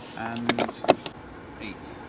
and eight.